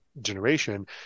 generation